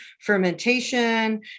fermentation